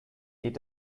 geht